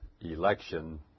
election